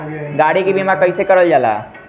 गाड़ी के बीमा कईसे करल जाला?